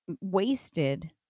Wasted